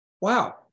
wow